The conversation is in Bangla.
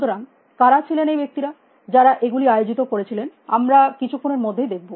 সুতরাং কারা ছিলেন এই ব্যক্তিরা যারা এগুলি আয়োজিত করেছিলেন আমরা কিছুক্ষণের মধ্যেই দেখব